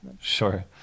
Sure